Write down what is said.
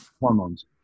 hormones